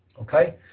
Okay